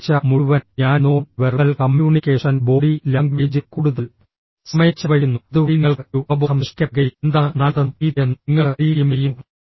ഈ ആഴ്ച മുഴുവൻ ഞാൻ നോൺ വെർബൽ കമ്മ്യൂണിക്കേഷൻ ബോഡി ലാംഗ്വേജിൽ കൂടുതൽ സമയം ചെലവഴിക്കുന്നു അതുവഴി നിങ്ങൾക്ക് ഒരു അവബോധം സൃഷ്ടിക്കപ്പെടുകയും എന്താണ് നല്ലതെന്നും ചീത്തയെന്നും നിങ്ങൾക്ക് അറിയുകയും ചെയ്യുന്നു